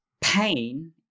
pain